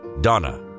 Donna